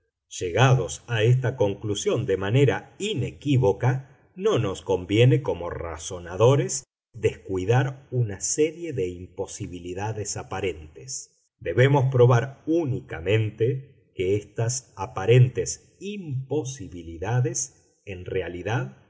llegados a esta conclusión de manera inequívoca no nos conviene como razonadores descuidar una serie de imposibilidades aparentes debemos probar únicamente que estas aparentes imposibilidades en realidad